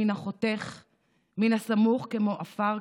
מן החותך / מן הסמוך כמו עפר,